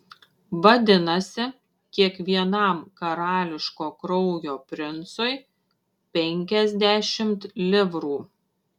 vadinasi kiekvienam karališko kraujo princui penkiasdešimt livrų